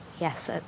Yes